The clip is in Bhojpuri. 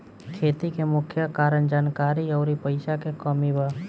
खेती के मुख्य कारन जानकारी अउरी पईसा के कमी बा